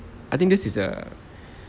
I think this is a